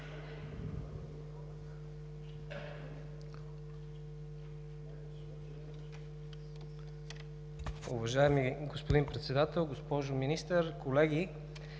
Уважаеми господин Председател, госпожо Министър, колеги!